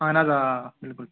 اَہَن حظ آ آ بِلکُل